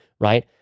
Right